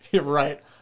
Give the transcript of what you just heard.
right